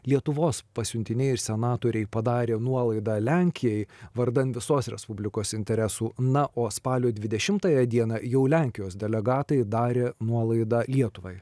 lietuvos pasiuntiniai ir senatoriai padarė nuolaidą lenkijai vardan visos respublikos interesų na o spalio dvidešimtąją dieną jau lenkijos delegatai darė nuolaidą lietuvai